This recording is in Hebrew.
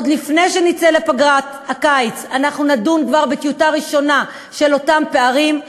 עוד לפני שנצא לפגרת הקיץ אנחנו נדון בטיוטה ראשונה לגבי אותם פערים,